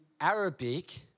Arabic